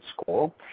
School